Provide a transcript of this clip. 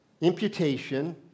imputation